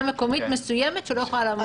מקומית מסוימת שלא יכולה לעמוד בהגבלה.